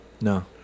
No